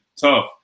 tough